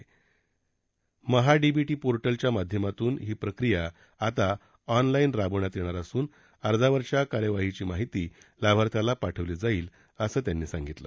MahaDBT portal च्या माध्यमातून ही प्रक्रिया आता ऑनलाईन राबवण्यात येणार असून अर्जावरील कार्यवाहीची माहिती लाभार्थ्याला पाठवली जाईल असं त्यांनी सांगितलं